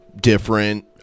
different